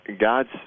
God's